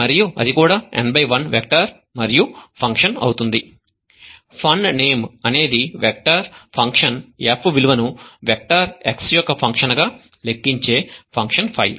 మరియు అది కూడా n 1 వెక్టర్ మరియు ఫంక్షన్ అవుతుంది funName అనేది వెక్టర్ ఫంక్షన్ f విలువ ను వెక్టర్ x యొక్క ఫంక్షన్గా లెక్కించే ఫంక్షన్ ఫైల్